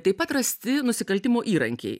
taip pat rasti nusikaltimo įrankiai